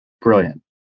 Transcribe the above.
brilliant